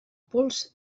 pols